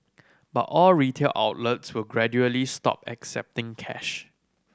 but all retail outlets will gradually stop accepting cash